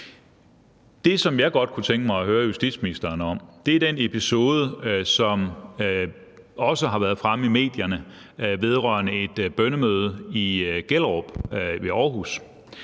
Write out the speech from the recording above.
Det, som jeg godt kunne tænke mig at høre justitsministeren om, er den episode, som også har været fremme i medierne, vedrørende et bønnemøde i Gellerup i Aarhus.